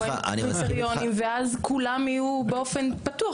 עם קריטריונים ואז כולם יהיו באופן פתוח,